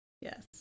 Yes